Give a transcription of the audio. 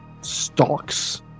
stalks